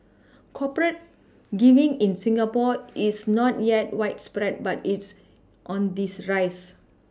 corporate giving in Singapore is not yet widespread but it's on these rise